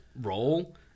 role